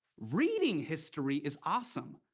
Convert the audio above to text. reading history is awesome,